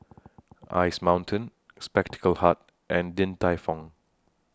Ice Mountain Spectacle Hut and Din Tai Fung